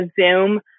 Zoom